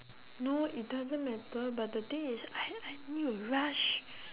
no it doesn't matter but the thing is I I need to rush